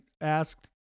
asked